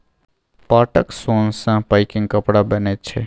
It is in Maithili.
पाटक सोन सँ पैकिंग कपड़ा बनैत छै